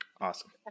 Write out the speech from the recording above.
Awesome